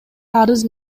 арыз